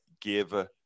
give